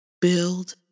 Build